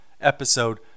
episode